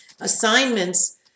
assignments